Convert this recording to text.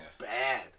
Bad